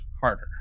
harder